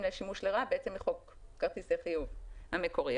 לשימוש ברעה בחוק כרטיסי חיוב המקורי.